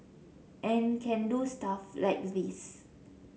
and can do stuff like this